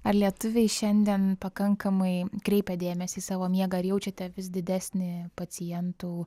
ar lietuviai šiandien pakankamai kreipia dėmesį į savo miegą ar jaučiate vis didesnį pacientų